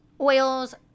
oils